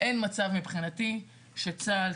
אין מצב מבחינתי שצה"ל,